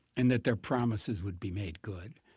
and that their promises would be made good.